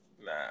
Nah